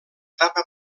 etapa